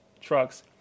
trucks